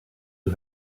who